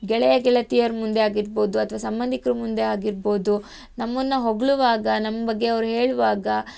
ಗೆಳೆಯ ಗೆಳತಿಯರ ಮುಂದೆ ಆಗಿರ್ಬೋದು ಅಥವಾ ಸಂಬಂಧಿಕರ ಮುಂದೆ ಆಗಿರ್ಬೋದು ನಮ್ಮನ್ನು ಹೊಗಳುವಾಗ ನಮ್ಮ ಬಗ್ಗೆ ಅವರು ಹೇಳುವಾಗ